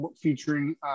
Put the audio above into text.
featuring